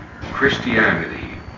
Christianity